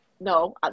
No